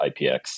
IPX